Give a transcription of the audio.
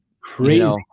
Crazy